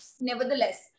nevertheless